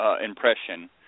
impression